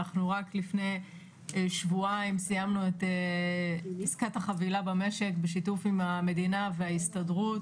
רק לפני שבועיים סיימנו את עסקת החבילה במשק בשיתוף עם המדינה וההסתדרות